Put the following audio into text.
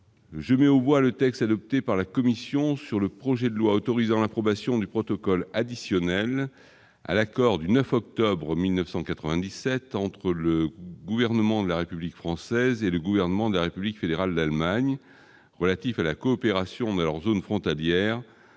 J'ai mis aux voix, le texte adopté par la commission sur le projet de loi autorisant l'approbation du protocole additionnel à l'accord du 9 octobre 1997 entre le gouvernement de la République française et le gouvernement de la République fédérale d'Allemagne relatif à la coopération meurt, zone frontalière